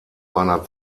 einer